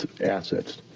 assets